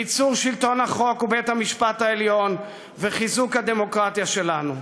ביצור שלטון החוק ובית-המשפט העליון וחיזוק הדמוקרטיה שלנו.